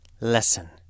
lesson